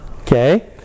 okay